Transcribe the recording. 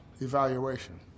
evaluation